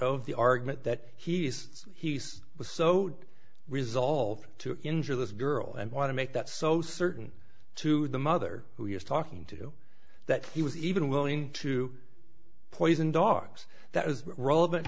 of the argument that he is he's was so resolved to injure this girl and want to make that so certain to the mother who he was talking to that he was even willing to poison dogs that was relevant